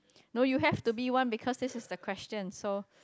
no you have to be one because this is the question so